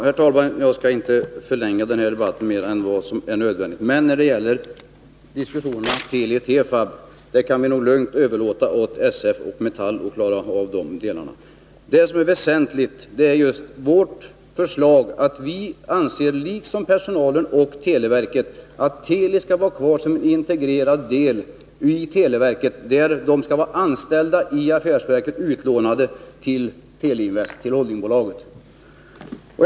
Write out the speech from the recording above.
Herr talman! Jag skall inte förlänga den här debatten mer än nödvändigt, men jag måste säga att när det gäller diskussionerna om Teli/Tefab, så kan vi nog lugnt överlåta åt SF och Metall att klara av dem. Det som är väsentligt är just vårt förslag, att vi liksom personalen och televerket anser att Teli skall vara kvar som en integrerad del av televerket, där personalen skall vara anställd i affärsverket och kunna utlånas till holdingbolaget Teleinvest.